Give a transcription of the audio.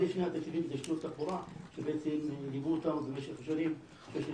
אלה שני התקציבים --- תחבורה שליוו אותנו במשך השנים.